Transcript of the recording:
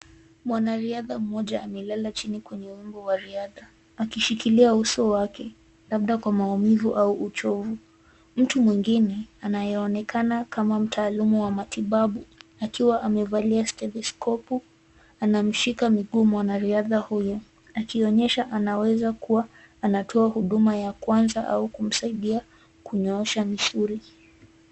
Mwanariadha mmoja amelala chini kwenye wimbo wa riadha, akishikilia uso wake labda kwa maumivu au uchovu. Mtu mwingine anayeonekana kama mtaalumu wa matibabu akiwa amevalia stethiskopu anamshika mguu mwanariadha huyo akionyesha anaweza kuwa anatoa huduma ya kwanza au kumsaidia kunyoosha misuli.